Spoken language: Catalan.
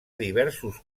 diversos